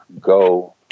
go